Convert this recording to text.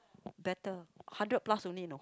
better hundred plus only know